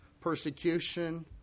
persecution